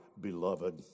beloved